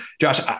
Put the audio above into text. Josh